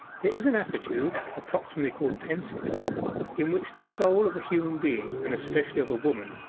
there is an attitude approximatively called pensive in which the soul of a human being, and especially of a woman,